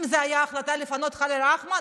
אם זו הייתה ההחלטה לפנות את ח'אן אל-אחמר,